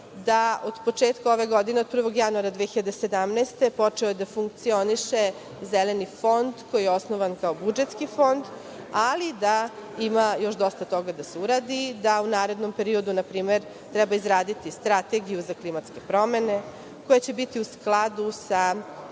je od početka ove godine, od prvog januara 2017, počeo da funkcioniše Zeleni fond koji je osnovan kao budžetski fond. Ima još dosta toga da se uradi. U narednom periodu, na primer, treba izraditi Strategiju za klimatske promene koja će biti u skladu sa